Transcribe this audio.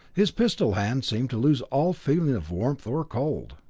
his pistol hand seemed to lose all feeling of warmth or cold.